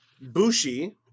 Bushi